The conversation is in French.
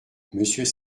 mmonsieur